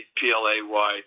P-L-A-Y